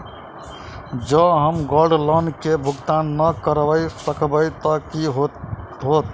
जँ हम gold loan केँ भुगतान न करऽ सकबै तऽ की होत?